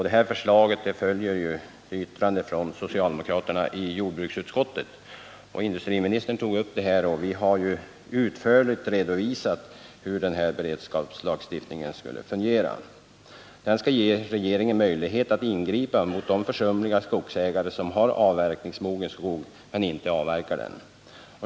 Detta förslag följer ett yttrande från socialdemokraterna i jordbruksutskottet; industriministern tog upp det här i sitt sista inlägg där han frågade hur det skall gå till. Vi har utförligt redovisat hur den här beredskapslagstiftningen skall fungera. Den skall ge regeringen möjlighet att ingripa mot de försumliga skogsägare som har avverkningsmogen skog men inte avverkar den.